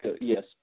Yes